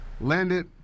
Landed